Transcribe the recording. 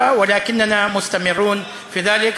איננו מסכימים לתשובת המשרד,